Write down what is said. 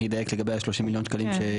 אני אדייק לגבי 30 מיליון השקלים.